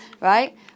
right